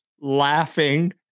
laughing